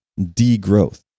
degrowth